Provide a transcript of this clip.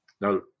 Now